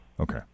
Okay